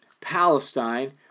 Palestine